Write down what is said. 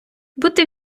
бути